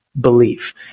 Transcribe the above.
belief